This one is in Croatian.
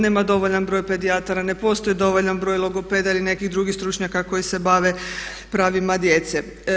Nema dovoljan broj pedijatara, ne postoji dovoljan broj logopeda ili nekih drugih stručnjaka koji se bave pravima djece.